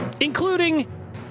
including